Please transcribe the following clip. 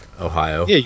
ohio